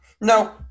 no